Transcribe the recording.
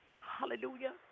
Hallelujah